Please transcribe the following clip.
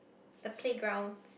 it's a playground